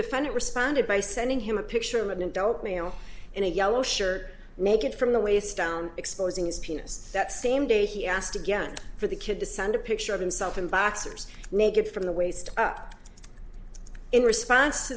defendant responded by sending him a picture of an adult male in a yellow shirt naked from the waist down exposing his penis that same day he asked again for the kid to send a picture of himself in boxers naked from the waist up in response to